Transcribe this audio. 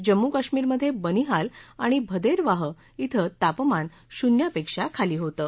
जम्मू कश्मीरमधे बनिहाल आणि भदेरवाह क्वें तापमान शून्यापेक्षा खाली होतं